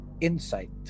insight